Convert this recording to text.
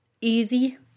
Easy